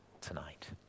tonight